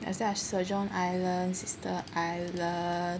很像 Saint John's Island Sisters' Island